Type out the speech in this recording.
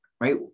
right